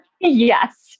Yes